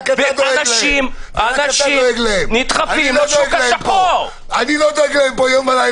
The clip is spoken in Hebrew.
אני לא דואג להם?